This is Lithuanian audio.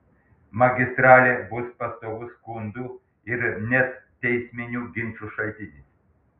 magistralė bus pastovus skundų ir net teisminių ginčų šaltinis